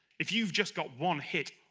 if you've just got one hit,